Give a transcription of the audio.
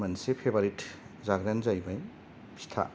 मोनसे फेभवेरेट जाग्रायानो जाहैबाय फिथा